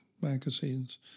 magazines